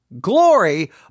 glory